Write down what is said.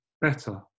better